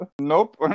Nope